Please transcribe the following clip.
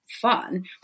fun